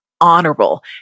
honorable